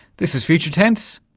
this is future tense,